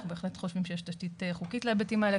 אנחנו בהחלט חושבים שיש תשתית חוקית להיבטים האלה.